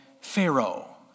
pharaoh